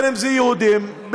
אם יהודים,